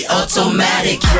automatic